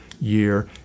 year